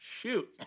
shoot